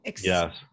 yes